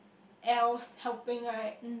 Elfs helping right